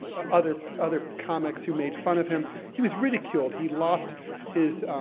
other other comics who made fun of him. he was ridiculed, he lost his,